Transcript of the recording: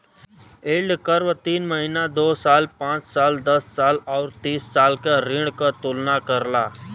yield curve तीन महीना, दो साल, पांच साल, दस साल आउर तीस साल के ऋण क तुलना करला